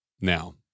Now